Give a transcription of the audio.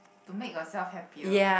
to make yourself happier